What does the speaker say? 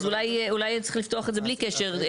אז אולי צריך לפתוח את זה בלי קשר.